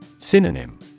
Synonym